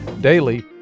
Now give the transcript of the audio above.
Daily